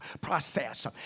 Process